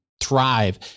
thrive